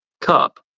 cup